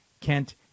Kent